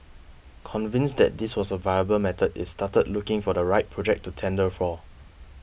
convinced that this was a viable method it started looking for the right project to tender for